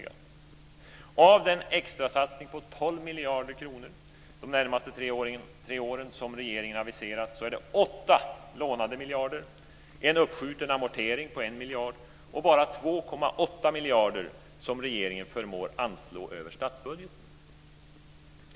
Av den extrasatsning på 12 miljarder kronor de närmaste tre åren som regeringen har aviserat är det fråga om 8 lånade miljarder kronor, en uppskjuten amortering på 1 miljard kronor och bara 2,8 miljarder kronor som regeringen förmår anslå över statsbudgeten.